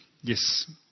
Yes